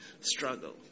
struggle